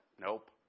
Nope